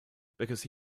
because